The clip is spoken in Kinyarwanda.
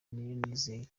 niyonizera